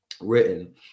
written